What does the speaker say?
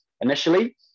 initially